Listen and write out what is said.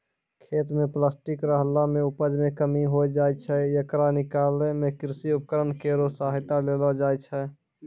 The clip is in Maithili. खेत म प्लास्टिक रहला सें उपज मे कमी होय जाय छै, येकरा निकालै मे कृषि उपकरण केरो सहायता लेलो जाय छै